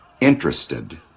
Interested